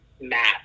math